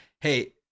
hey